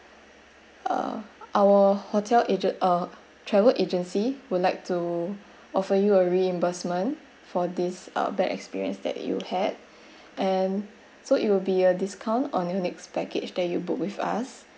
uh our hotel agent uh travel agency would like to offer you a reimbursement for these uh bad experience that you had and so it will be a discount on your next package that you book with us